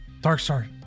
Darkstar